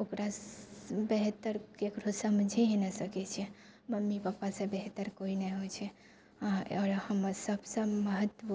ओकरासँ बेहतर ककरो समझि ही नहि सकै छियै मम्मी पापासँ बेहतर कोई नहि होइ छै अहाँ आओर हमर सबसँ महत्व